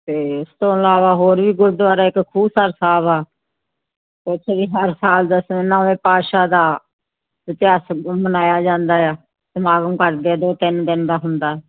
ਅਤੇ ਇਸ ਤੋਂ ਇਲਾਵਾ ਹੋਰ ਵੀ ਗੁਰਦੁਆਰਾ ਇੱਕ ਖੂਹ ਸਰ ਸਾਹਿਬ ਆ ਉੱਥੇ ਵੀ ਹਰ ਸਾਲ ਦਸਮ ਨੌਵੇਂ ਪਾਤਸ਼ਾਹ ਦਾ ਇਤਿਹਾਸ ਮਨਾਇਆ ਜਾਂਦਾ ਆ ਸਮਾਗਮ ਕਰਦੇ ਆ ਦੋ ਤਿੰਨ ਦਿਨ ਦਾ ਹੁੰਦਾ